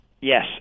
Yes